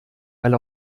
weil